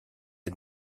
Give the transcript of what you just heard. est